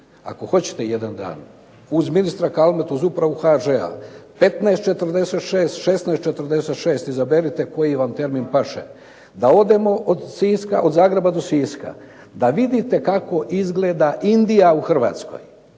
ako hoćete jedan uz ministra Kalmetu, uz upravu HŽ-a. 15,46, 16,46, izaberite koji vam termin paše da odemo od Zagreba do Siska da vidite kako izgleda Indija u Hrvatskoj.